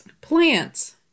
Plants